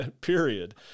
period